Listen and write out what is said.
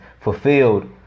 fulfilled